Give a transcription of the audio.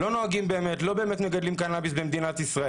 לא באמת מגדלים קנביס במדינת ישראל,